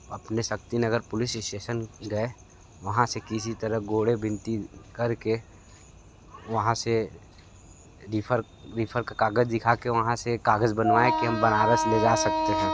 अपने Shakti Nagar police station गए वहाँ से किसी तरह गोड़े विनती करके वहाँ से रिफर रिफर का कागज़ दिखाकर वहाँ से कागज़ बनवाएँ कि हम बनारस ले जा सकते हैं